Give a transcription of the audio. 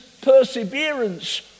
perseverance